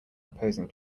opposing